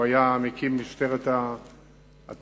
שהיה מקים משטרת התנועה